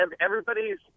everybody's